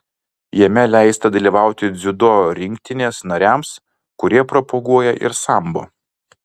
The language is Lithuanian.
jame leista dalyvauti dziudo rinktinės nariams kurie propaguoja ir sambo